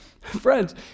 Friends